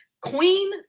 Queen